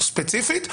הפרקליטות ספציפית,